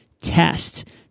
test